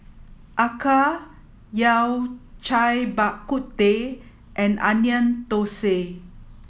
Acar Yao Cai Bak Kut Teh and Onion Thosai